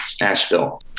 Asheville